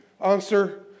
answer